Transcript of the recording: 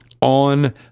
on